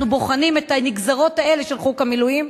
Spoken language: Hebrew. בוחנים את הנגזרות האלה של חוק המילואים,